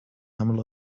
aml